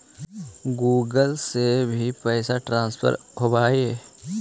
Google से भी पैसा ट्रांसफर होवहै?